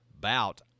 bout